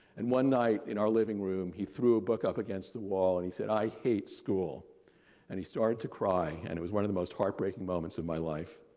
and one night in our living room, he threw a book up against the wall and he said, i hate school and he started to cry and it was one of the most heartbreaking moments of my life.